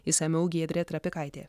išsamiau giedrė trapikaitė